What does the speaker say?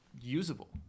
usable